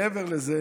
מעבר לזה,